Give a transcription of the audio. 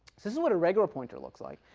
this is what a regular pointer looks like.